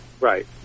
Right